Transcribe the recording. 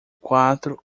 quatro